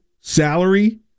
salary